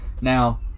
Now